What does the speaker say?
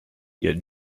yet